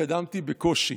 התקדמתי בקושי,